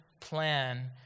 plan